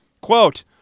Quote